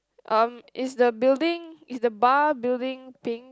uh is the building is the bar building pink